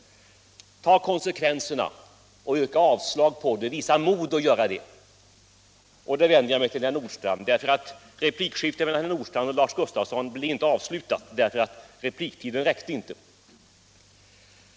Tag konsekvenserna och yrka avslag! Visa mod att göra det! Jag vänder mig så till herr Nordstrandh. Replikskiftet mellan herr Nordstrandh och herr Lars Gustafsson blev inte avslutat därför att repliktiden inte räckte.